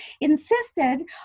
insisted